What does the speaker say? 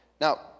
Now